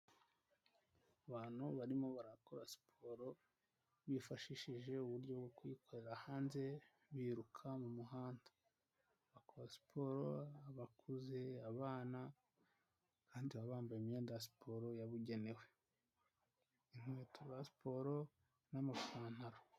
Abantu barimo barakora siporo bifashishije uburyo bwo kuyikorera hanze biruka mu muhanda bakora siporo bakuze, abana, kandi bambaye imyenda ya siporo yabugenewe, inkweto za siporo n'amapantaro.